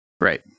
Right